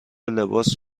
لباس